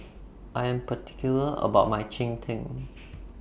I Am particular about My Cheng Tng